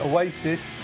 Oasis